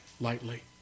lightly